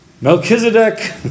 Melchizedek